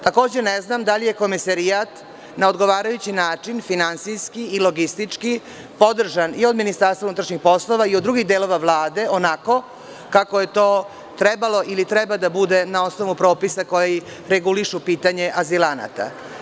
Takođe ne znam da li je Komesarijat na odgovarajući način, finansijski i logičstički podržan i od MUP i od drugih delova Vlade onako kako je to trebalo ili treba da bude na osnovu propisa koji regulišu pitanje azilanata.